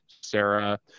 Sarah